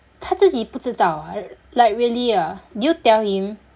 他自己不知道 ah r~ like really ah did you tell him